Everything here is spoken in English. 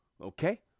Okay